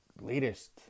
latest